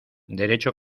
derecho